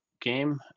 game